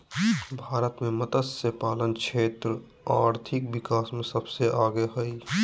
भारत मे मतस्यपालन क्षेत्र आर्थिक विकास मे सबसे आगे हइ